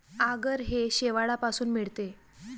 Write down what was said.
आगर हे शेवाळापासून मिळते